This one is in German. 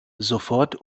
sofort